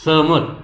सहमत